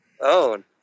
own